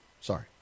Sorry